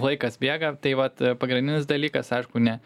laikas bėga tai vat pagrindinis dalykas aišku ne